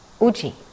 Uji